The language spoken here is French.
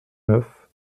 neuf